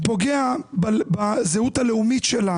פוגע בזהות הלאומית שלה